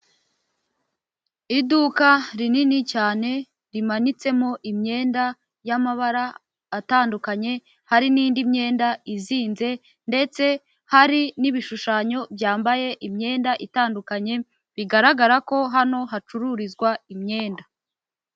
Iduka rinini cyane rimanitsemo imyenda y'amabara atandukanye, hari n'indi myenda izinze ndetse hari n'ibishushanyo byambaye imyenda itandukanye, bigaragara ko hano hacururizwa imyenda.